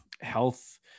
health